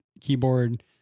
keyboard